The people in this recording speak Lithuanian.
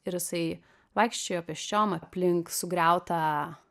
ir jisai vaikščiojo pėsčiom aplink sugriautą